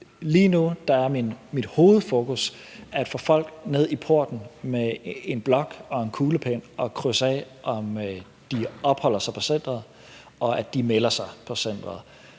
lige nu er mit hovedfokus at få folk ned i porten med en blok og en kuglepen for at krydse af, om de opholder sig på centeret, og at de melder sig på centeret.